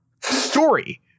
story